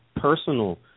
personal